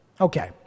Okay